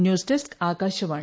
news desk Akashvani